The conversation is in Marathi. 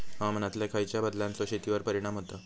हवामानातल्या खयच्या बदलांचो शेतीवर परिणाम होता?